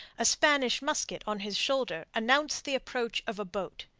a spanish musket on his shoulder, announced the approach of a boat.